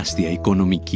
the economy